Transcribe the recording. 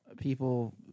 people